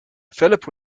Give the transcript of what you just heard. philip